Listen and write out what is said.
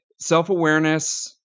self-awareness